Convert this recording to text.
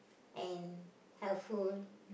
and helpful